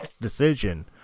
decision